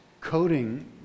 coding